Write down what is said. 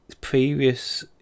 previous